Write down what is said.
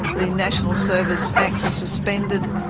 the national service act was suspended,